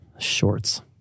Shorts